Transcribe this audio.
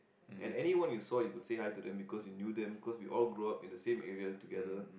and anyone you saw you could say hi to them because you knew them because we knew them because we all grew up in the same area together